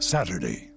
Saturday